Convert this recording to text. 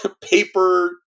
paper